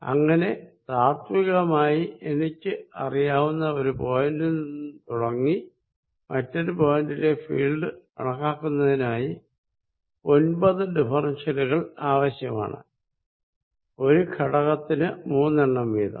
അങ്ങനെ ത്തവികമായി എനിക്ക് അറിയാവുന്ന ഒരു പോയിന്റിൽ നിന്നും തുടങ്ങി മറ്റൊരു പോയിന്റിലെ ഫീൽഡ് കണക്കാക്കുന്നതിനായി ഒൻപത് ഡിഫറെൻഷ്യലുകൾ ആവശ്യമാണ് ഒരു ഘടകത്തിന് മൂന്നെണ്ണം വീതം